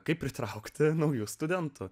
kaip pritraukti naujų studentų